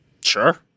Sure